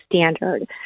standard